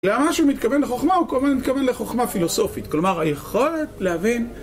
לרמה שהוא מתכוון לחוכמה הוא כמובן מתכוון לחוכמה פילוסופית, כלומר היכולת להבין